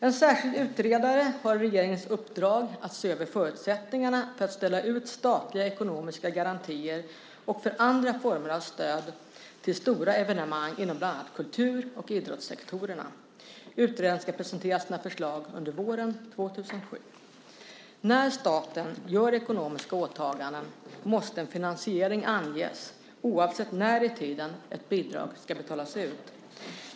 En särskild utredare har regeringens uppdrag att se över förutsättningarna för att ställa ut statliga ekonomiska garantier och för andra former av stöd till stora evenemang inom bland annat kultur och idrottssektorerna. Utredaren ska presentera sina förslag under våren 2007. När staten gör ekonomiska åtaganden måste en finansiering anges oavsett när i tiden ett bidrag ska betalas ut.